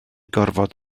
gorfod